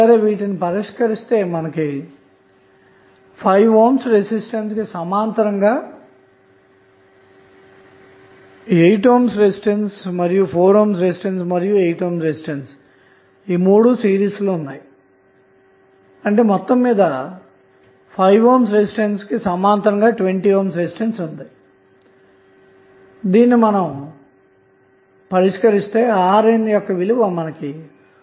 వీటిని పరిష్కరిస్తే మనకు RN5848520 205254 లభిస్తుంది అన్న మాట